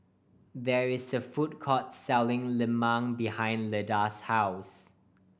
there is a food court selling lemang behind Leda's house